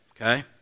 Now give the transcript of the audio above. okay